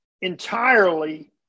entirely